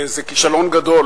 זה כישלון גדול